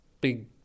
big